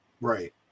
Right